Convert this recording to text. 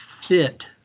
fit